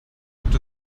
gibt